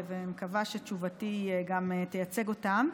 ומקווה שתשובתי גם תייצג אותם.